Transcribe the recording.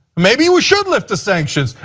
maybe we should lift the sanctions.